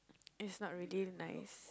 is not really nice